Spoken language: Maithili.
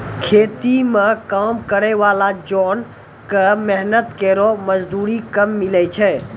खेती म काम करै वाला जोन क मेहनत केरो मजदूरी कम मिलै छै